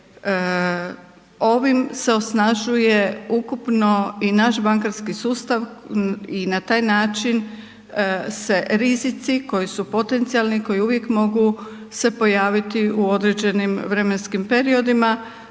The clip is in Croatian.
ovim se osnažuje ukupno i naš bankarski sustav i na taj način se rizici koji su potencijalni, koji uvijek mogu se pojaviti u određenim vremenskim periodima